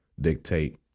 dictate